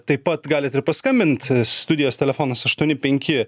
taip pat galit ir paskambint studijos telefonas aštuoni penki